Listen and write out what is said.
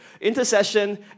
Intercession